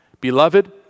Beloved